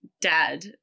dad